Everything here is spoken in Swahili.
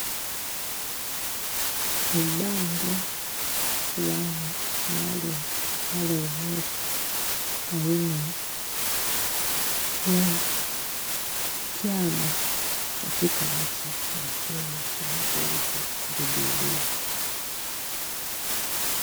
Ni bango fulani maalum linaonyesha aina ya chama katika nchi ya Kenya kinachoitwa Jubilee.